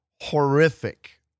horrific